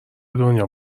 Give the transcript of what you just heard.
دنیا